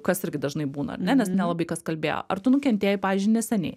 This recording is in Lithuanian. kas irgi dažnai būna ar ne nes nelabai kas kalbėjo ar tu nukentėjai pavyzdžiui neseniai